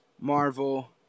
Marvel